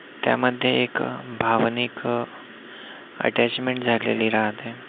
त्यामध्ये एक भावनिक अटॅचमेंट झालेली राहते